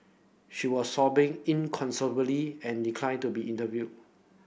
she was sobbing inconsolably and declined to be interviewed